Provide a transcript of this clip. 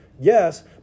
Yes